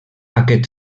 aquest